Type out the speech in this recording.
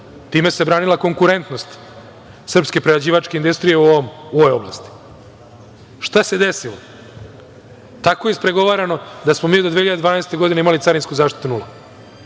Time se branila konkurentnost srpske prerađivačke industrije u ovoj oblasti. Šta se desilo? Tako je ispregovarano da smo mi do 2012. godine imali carinsku zaštitu nula,